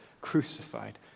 crucified